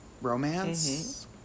romance